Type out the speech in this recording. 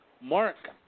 Mark